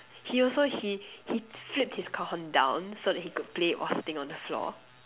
he also he he flipped his cajon down so that he could play whilst sitting on the floor